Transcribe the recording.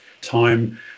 time